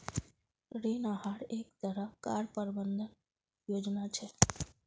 ऋण आहार एक तरह कार प्रबंधन योजना छे